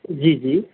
ਜੀ ਜੀ